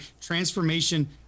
transformation